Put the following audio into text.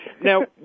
Now